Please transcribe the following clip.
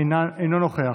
אינו נוכח.